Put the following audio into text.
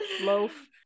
loaf